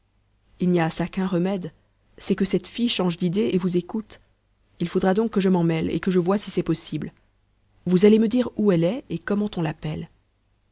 il n'y a à ça qu'un remède c'est que cette fille change d'idée et vous écoute il faudra donc que je m'en mêle et que je voie si c'est possible vous allez me dire où elle est et comment on l'appelle